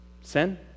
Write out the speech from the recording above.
Sin